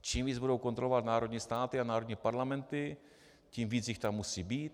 Čím víc budou kontrolovat národní státy a národní parlamenty, tím víc jich tam musí být.